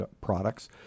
products